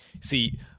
See